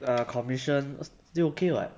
err commission still okay [what]